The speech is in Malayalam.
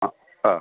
ആ ആ